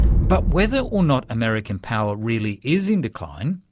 but whether or not american power really is in decline,